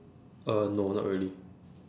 uh no not really